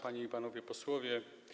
Panie i Panowie Posłowie!